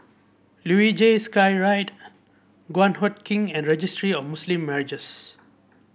Luge Skyride Guan Huat Kiln and Registry of Muslim Marriages